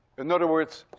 in other words,